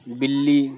بلی